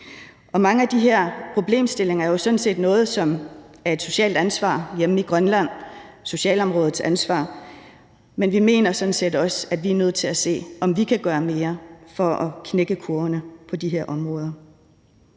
Mange af de her problemstillinger er jo sådan set noget, som er ansvarsområde hjemme i Grønland, altså ansvaret for socialområdet, men vi mener sådan set også, at vi er nødt til at se på, om vi kan gøre mere for at knække kurverne på de her områder.